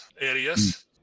areas